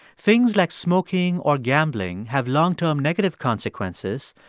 things like smoking or gambling have long-term negative consequences,